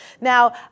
Now